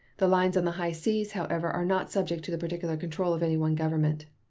the lines on the high seas, however, are not subject to the particular control of any one government.